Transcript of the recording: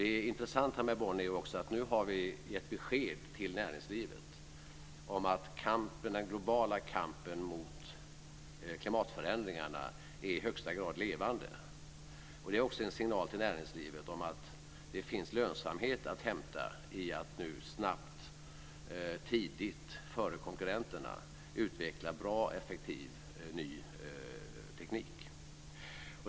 Det intressanta med Bonn är ju också att nu har vi ett besked till näringslivet om att den globala kampen mot klimatförändringarna i högsta grad är levande. Det är också en signal till näringslivet om att det finns lönsamhet att hämta i att nu snabbt och tidigt, före konkurrenterna, utveckla bra och effektiv ny teknik.